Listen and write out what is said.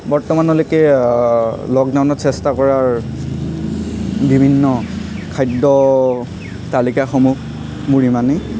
বৰ্তমানলৈকে লকডাউনত চেষ্টা কৰাৰ বিভিন্ন খাদ্য তালিকাসমূহ মোৰ ইমানেই